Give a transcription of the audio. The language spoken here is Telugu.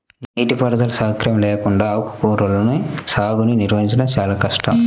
నీటిపారుదల సౌకర్యం లేకుండా ఆకుకూరల సాగుని నిర్వహించడం చాలా కష్టం